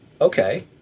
okay